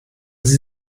sie